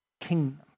kingdom